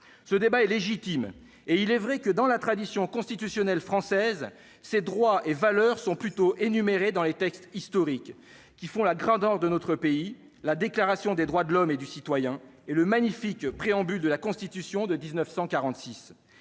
ce débat est légitime et il est vrai que dans la tradition constitutionnelle française, ses droits et valeurs sont plutôt énumérés dans les textes historiques qui font la grandeur de notre pays, la déclaration des droits de l'homme et du citoyen et le magnifique préambule de la Constitution de 1946